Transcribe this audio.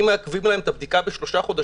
אם מעכבים להם את הבדיקה בשלושה חודשים,